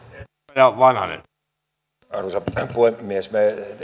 arvoisa puhemies me